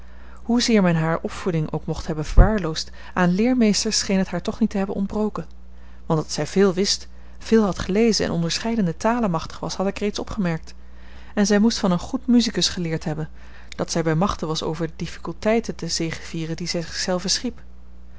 hoezeer men hare opvoeding ook mocht hebben verwaarloosd aan leermeesters scheen het haar toch niet te hebben ontbroken want dat zij veel wist veel had gelezen en onderscheidene talen machtig was had ik reeds opgemerkt en zij moest van een goed musicus geleerd hebben dat zij bij machte was over de difficulteiten te zegevieren die zij zich zelve schiep